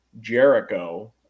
Jericho